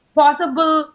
possible